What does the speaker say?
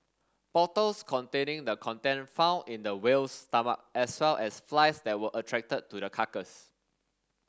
bottles containing the content found in the whale's stomach as well as flies that were attracted to the carcass